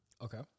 Okay